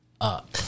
Up